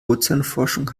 ozeanforschung